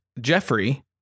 Jeffrey